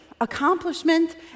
accomplishment